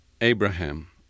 Abraham